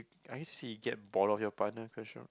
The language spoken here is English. I used to see it get bored of your partner quite sure